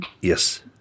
yes